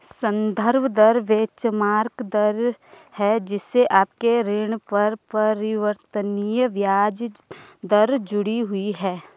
संदर्भ दर बेंचमार्क दर है जिससे आपके ऋण पर परिवर्तनीय ब्याज दर जुड़ी हुई है